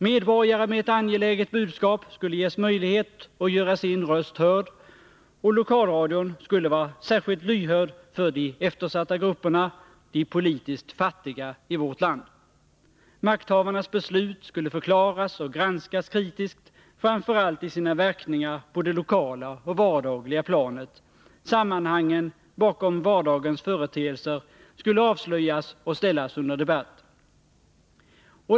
Medborgare med ett angeläget budskap skulle ges möjlighet att göra sin röst hörd, och lokalradion skulle vara särskilt lyhörd för de eftersatta grupperna, de politiskt fattiga i vårt land. Makthavarnas beslut skulle förklaras och granskas kritiskt, framför allt i sina verkningar på det lokala och vardagliga planet, sammanhangen bakom vardagens företeelser skulle avslöjas och ställas under debatt.